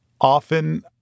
often